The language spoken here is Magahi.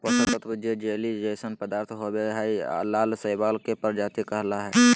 पोषक तत्त्व जे जेली जइसन पदार्थ होबो हइ, लाल शैवाल के प्रजाति कहला हइ,